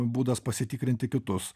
būdas pasitikrinti kitus